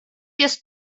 jest